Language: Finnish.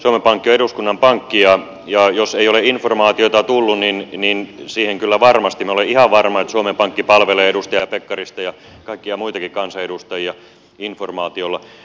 suomen pankki on eduskunnan pankki ja jos ei ole informaatiota tullut niin minä olen ihan varma että suomen pankki palvelee edustaja pekkarista ja kaikkia muitakin kansanedustajia informaatiolla